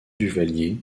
duvalier